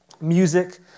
music